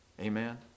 Amen